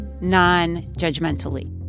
non-judgmentally